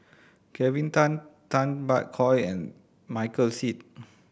Kelvin Tan Tay Bak Koi and Michael Seet